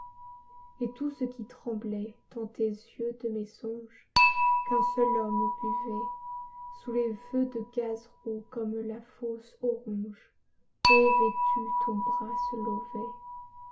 et tout ce qui tremblait dans tes yeux de mes songes qu'un seul homme buvait sous les feux de gaz roux comme la fausse oronge ô vêtue ton bras se lovait